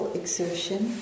exertion